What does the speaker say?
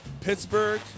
Pittsburgh